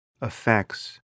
affects